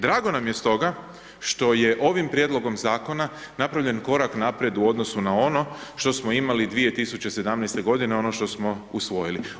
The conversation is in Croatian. Drago nam je stoga što je ovim prijedlogom zakona napravljen korak naprijed u odnosu na ono što smo imali 2017. godine, ono što smo usvojili.